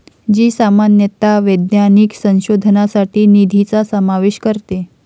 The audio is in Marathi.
जी सामान्यतः वैज्ञानिक संशोधनासाठी निधीचा समावेश करते